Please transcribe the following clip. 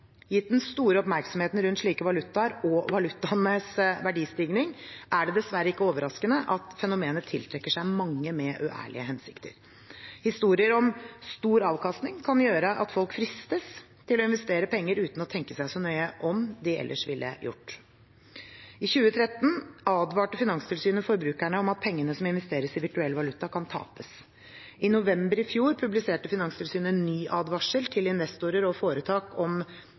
Gitt den store oppmerksomheten rundt slike valutaer og valutaenes verdistigning er det dessverre ikke overraskende at fenomenet tiltrekker seg mange med uærlige hensikter. Historier om stor avkastning kan gjøre at folk fristes til å investere penger uten å tenke seg så nøye om som de ellers ville ha gjort. I 2013 advarte Finanstilsynet forbrukere om at pengene som investeres i virtuell valuta, kan tapes. I november i fjor publiserte Finanstilsynet en ny advarsel til investorer og foretak om